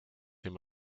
him